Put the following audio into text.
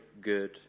good